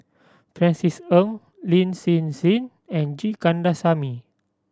Francis Ng Lin Hsin Hsin and G Kandasamy